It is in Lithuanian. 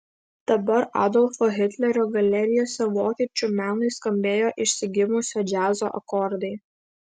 dabar adolfo hitlerio galerijose vokiečių menui skambėjo išsigimusio džiazo akordai